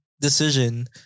decision